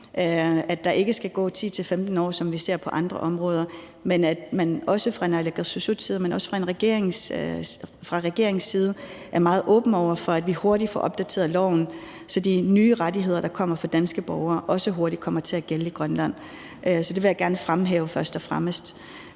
at der ikke skal gå 10-15 år, som vi ser på andre områder, og at man også fra naalakkersuisuts side, men også fra regeringens side er meget åbne over for, at vi hurtigt får opdateret loven, så de nye rettigheder, der kommer for danske borgere, også hurtigt kommer til at gælde i Grønland. Så det vil jeg gerne først og fremmest